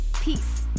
Peace